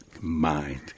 mind